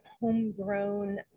homegrown